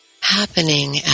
happening